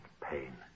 pain